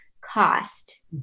cost